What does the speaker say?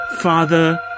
father